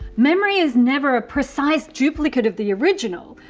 memory is never a precise duplicate of the original,